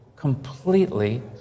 Completely